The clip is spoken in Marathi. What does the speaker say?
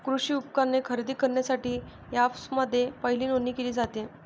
कृषी उपकरणे खरेदी करण्यासाठी अँपप्समध्ये पहिली नोंदणी केली जाते